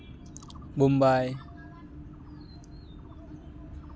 Mumbai